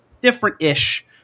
different-ish